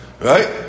right